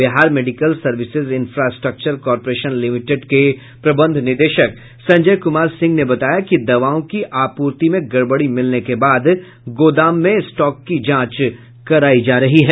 Bihar Medical Services Infrastructure Corporation Limited के प्रबंध निदेशक संजय कुमार सिंह ने बताया कि दवाओं की आपूर्ति में गड़बड़ी मिलने के बाद गोदाम में स्टॉक की जांच करायी जा रही है